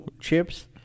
chips